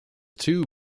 two